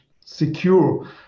secure